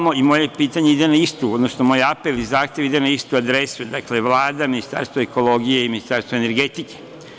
Moje pitanje ide, odnosno moj apel i zahtev ide na istu adresu, dakle, Vlada, Ministarstvo ekologije i Ministarstvo energetike.